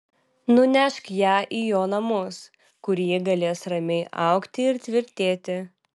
nunešk ją į jo namus kur ji galės ramiai augti ir tvirtėti